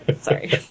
sorry